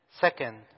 second